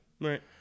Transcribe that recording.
Right